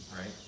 right